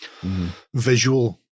visual